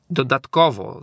dodatkowo